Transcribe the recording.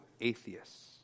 atheists